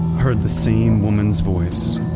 heard the same woman's voice